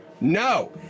No